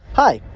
hi.